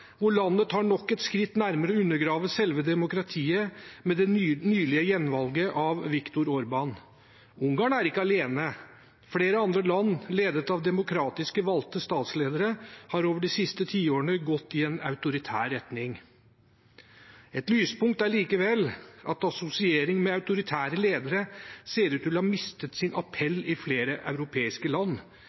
hvor landet tar nok et skritt nærmere å undergrave selve demokratiet med det nylige gjenvalget av Viktor Urbán. Ungarn er ikke alene. Flere andre land ledet av demokratisk valgte statsledere har over de siste tiårene gått i en autoritær retning. Et lyspunkt er likevel at assosiering med autoritære ledere ser ut til å ha mistet sin appell i flere europeiske land.